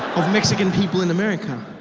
of mexican people in america.